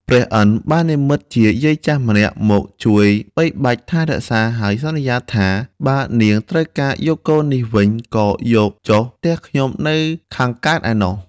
ព្រះឥន្ទ្របាននិម្មិតជាយាយចាស់ម្នាក់មកជួយបីបាច់ថែរក្សាហើយសន្យាថា បើនាងត្រូវការយកកូននេះវិញក៏យកចុះផ្ទះខ្ញុំនៅខាងកើតឯនោះ។